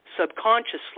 subconsciously